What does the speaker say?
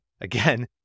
again